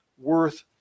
worth